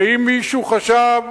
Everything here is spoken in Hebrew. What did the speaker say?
ואם מישהו חשב